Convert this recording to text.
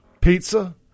pizza